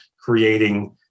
creating